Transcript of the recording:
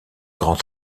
grand